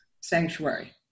sanctuary